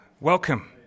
Welcome